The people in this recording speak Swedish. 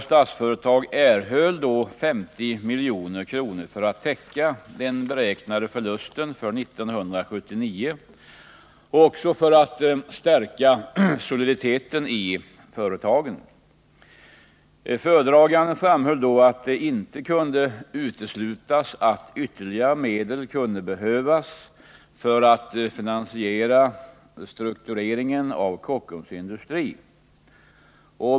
Statsföretag erhöll 50 milj.kr. för att täcka den beräknade förlusten för år 1979 och för att stärka soliditeten i företagen. Föredraganden framhöll då att det inte kunde uteslutas att ytterligare medel kunde behövas för att finansiera struktureringen av Kockums Industri AB.